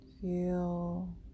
Feel